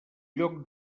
lloc